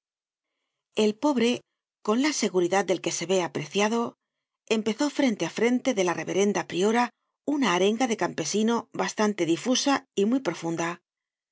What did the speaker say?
el pobre con la seguridad del que se ve apreciado empezó frente á frente de la reverenda priora una arenga de campesino bastante difusa y muy profunda